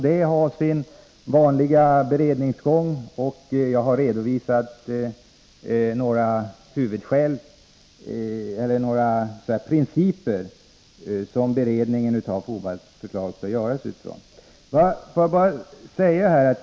47 Beredningen skall ha sin gång, och jag har i svaret redovisat utifrån vilka principer den bör göras.